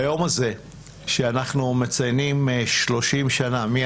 ביום הזה בו אנחנו מציינים שלושים שנה מי